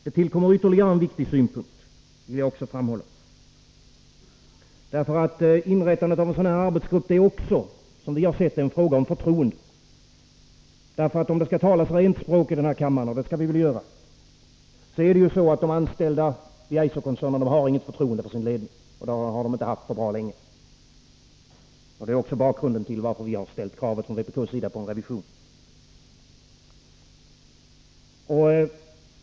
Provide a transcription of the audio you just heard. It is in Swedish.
Där tillkommer ytterligare en viktig synpunkt. Införandet av en sådan arbetsgrupp är också en fråga om förtroende. Om det skall talas rent språk här i kammaren — och det skall vi väl göra? — måste det sägas att de anställda vid Eiserkoncernen inte har något förtroende för sin ledning. Det har de inte haft på bra länge. Det är också bakgrunden till att vi från vpk:s sida ställt kravet om revision.